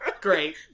Great